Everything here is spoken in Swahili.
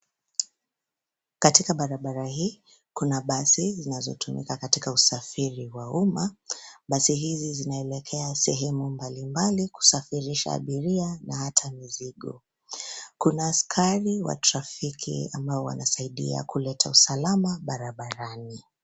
Katika barabara hii kuna basi zinazotumika katika usafiri wa umma. Basi hizi zinaelekea sehemu mbalimbali kusafirisha abiria na hata mizigo. Kuna askari wa trafiki ambao wanasaidia kuleta usalama barabarani.